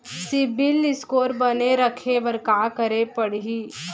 CIBIL score बने रखे बर का करे पड़ही?